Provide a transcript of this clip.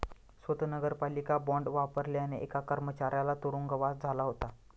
स्वत नगरपालिका बॉंड वापरल्याने एका कर्मचाऱ्याला तुरुंगवास झाला होता